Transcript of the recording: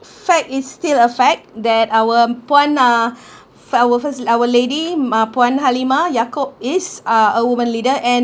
fact is still a fact that our puan uh our first our lady ma~ puan halimah yacob is uh a woman leader and